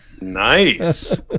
Nice